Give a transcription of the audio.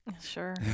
Sure